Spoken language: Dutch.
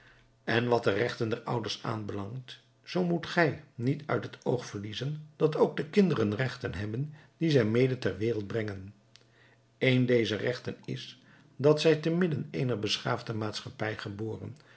en wat de rechten der ouders aanbelangt zoo moet gij niet uit het oog verliezen dat ook de kinderen rechten hebben die zij mede ter wereld brengen een dezer rechten is dat zij te midden eener beschaafde maatschappij geboren